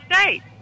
States